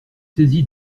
saisi